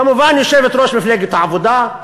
כמובן יושבת-ראש מפלגת העבודה,